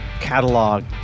catalog